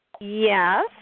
Yes